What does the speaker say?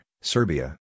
Serbia